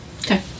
okay